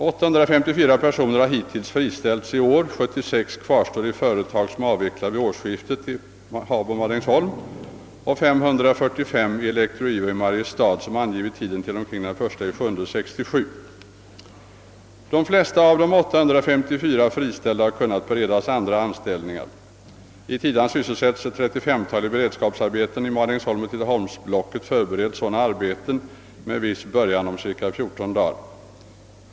854 personer har friställts hittills i år. 76 kvarstår i företag i Habo och Madängsholm som avvecklar vid årsskiftet och 545 i Elektro IWO AB i Mariestad som anger tiden för entledigandet till omkring 1 juli 1967. De flesta av de 854 friställda har kunnat beredas andra anställningar. I Tidan sysselsätts ungefär 35 personer i beredskapsarbeten och i Madängsholmsoch Tidaholmsblocket förbereds sådana arbeten med viss början inom ungefär 14 dagar.